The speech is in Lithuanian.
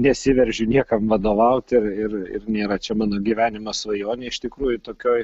nesiveržiu niekam vadovauti ir ir nėra čia mano gyvenimo svajonė iš tikrųjų tokioj